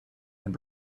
and